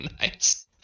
Nice